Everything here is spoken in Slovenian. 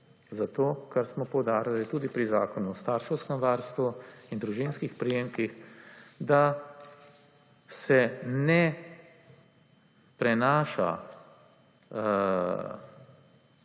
Zato, kar smo poudarili, je tudi pri Zakonu o starševskem varstvu in družinskih prejemkih, da se ne prenaša